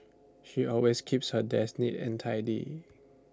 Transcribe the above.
she always keeps her desk neat and tidy